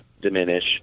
diminish